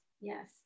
Yes